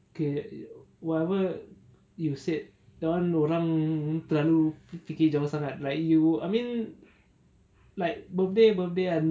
okay whatever you said that one orang terlalu fikir jauh sangat like you I mean like birthday birthday ah